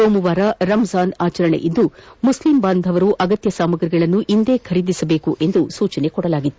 ಸೋಮವಾರ ರಂಜಾನ್ ಅಚರಣೆ ಇದ್ದು ಮುಸ್ಲಿಂ ಬಾಂಧವರು ಅಗತ್ತ ಸಾಮಗ್ರಿಗಳನ್ನು ಇಂದೇ ಖರೀದಿಸಬೇಕೆಂದು ಸೂಚಿಸಲಾಗಿತ್ತು